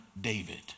David